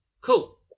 Cool